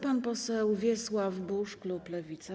Pan poseł Wiesław Buż, klub Lewica.